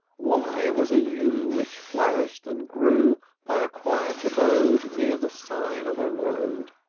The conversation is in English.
y was a yew, which flourished and grew by a quiet abode near the side of a road.